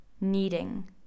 Kneading